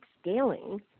scaling